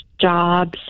jobs